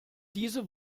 diese